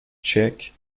czech